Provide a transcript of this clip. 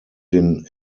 den